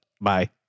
Bye